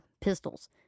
Pistols